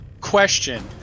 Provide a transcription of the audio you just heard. Question